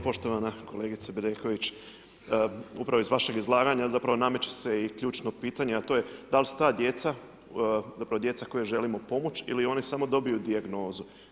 Poštovana kolegice Bedeković, upravo iz vašeg izlaganja zapravo nameće se i ključno pitanje, a to je da li su ta djeca, zapravo djeca kojoj želimo pomoći ili oni samo dobiju dijagnozu.